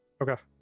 Okay